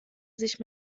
sich